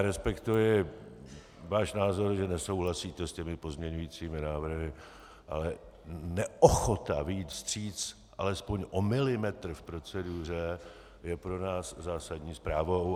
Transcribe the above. Respektuji váš názor, že nesouhlasíte s těmi pozměňujícími návrhy, ale neochota vyjít vstříc alespoň o milimetr v proceduře je pro nás zásadní zprávou.